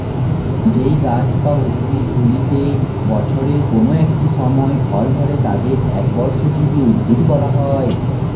যেই গাছ বা উদ্ভিদগুলিতে বছরের কোন একটি সময় ফল ধরে তাদের একবর্ষজীবী উদ্ভিদ বলা হয়